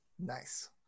Nice